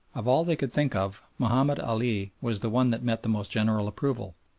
of all they could think of mahomed ali was the one that met the most general approval.